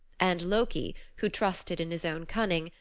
and loki, who trusted in his own cunning,